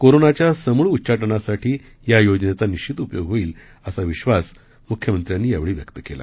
कोरोनाच्या समूळ उच्चाटनासाठी या योजनेचा निश्चित उपयोग होईल असा विश्वास मुख्यमंत्र्यांनी यावेळी व्यक्त केला